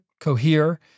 Cohere